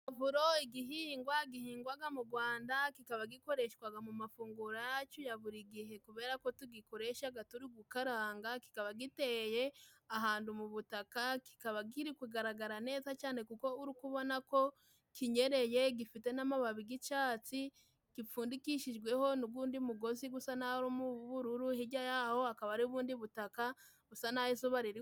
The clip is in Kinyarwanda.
Pavuro igihingwa gihingwaga mu Rwanda， kikaba gikoreshwaga mu mafunguro yacu ya buri gihe， kubera ko tugikoreshaga turi gukaranga，kikaba giteye ahantu mu butaka，kikaba kiri kugaragara neza cyane，kuko uri kubona ko kinyereye gifite n'amababi g’icatsi，gipfundikishijweho n'ugundi mugozi gusa n’aho harimo ubururu，hirya yaho akaba ari ubundi butaka gusa n’aho izuba riri kuva.